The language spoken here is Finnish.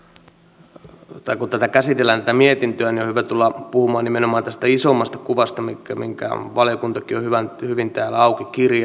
kun tätä mietintöä käsitellään on hyvä tulla puhumaan nimenomaan tästä isommasta kuvasta minkä valiokuntakin on hyvin täällä auki kirjannut